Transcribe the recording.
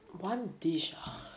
one dish ah